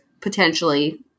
Potentially